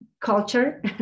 culture